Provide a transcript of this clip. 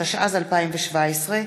התשע"ז 2017,